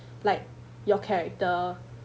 like your character